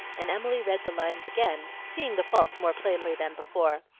and emily read the lines again, seeing the faults more plainly than before,